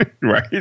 Right